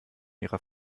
ihrer